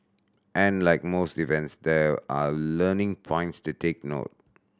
and like most events there are learning points to take note